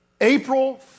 April